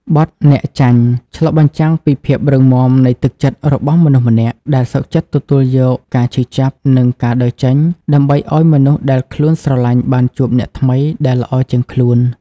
បទ "អ្នកចាញ់" ឆ្លុះបញ្ចាំងពីភាពរឹងមាំនៃទឹកចិត្តរបស់មនុស្សម្នាក់ ដែលសុខចិត្តទទួលយកការឈឺចាប់ និងការដើរចេញ ដើម្បីឱ្យមនុស្សដែលខ្លួនស្រឡាញ់បានជួបអ្នកថ្មីដែលល្អជាងខ្លួន។